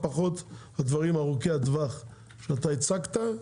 פחות הדברים ארוכי הטווח שאתה הצגת.